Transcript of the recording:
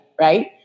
right